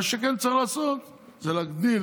מה שכן צריך לעשות זה להגדיל